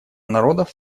народов